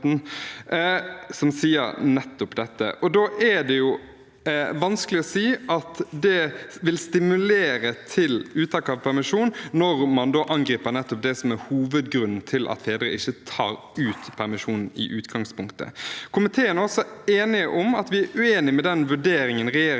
er det vanskelig å si at det vil stimulere til uttak av permisjon, når man angriper det som er hovedgrunnen til at fedre ikke tar ut permisjon i utgangspunktet. Komiteen er også enig om at vi er uenig i den vurderingen regjeringen har gjort